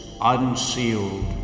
unsealed